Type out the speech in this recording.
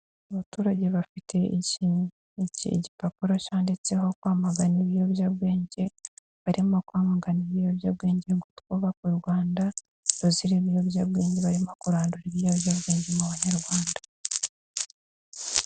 Abaturage bafite iki igipapuro cyanditseho kwamagana ibiyobyabwenge, barimo kwamagana ibiyobyabwenge ngo twubake u Rwanda ruzira ibiyobyabwenge, barimo kurandura ibiyobyabwenge mu banyarwanda.